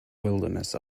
wilderness